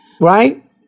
Right